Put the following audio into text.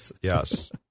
Yes